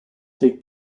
take